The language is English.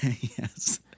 Yes